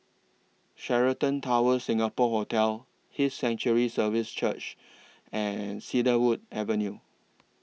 Sheraton Towers Singapore Hotel His Sanctuary Services Church and Cedarwood Avenue